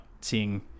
seeing